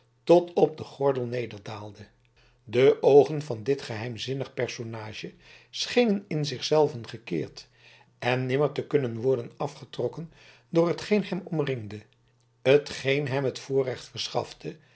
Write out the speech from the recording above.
tot op den gordel nederdaalde de oogen van dit geheimzinnig personage schenen in zich zelven gekeerd en nimmer te kunnen worden afgetrokken door hetgeen hem omringde t geen hem het voorrecht verschafte